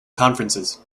conferences